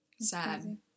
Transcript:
Sad